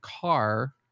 car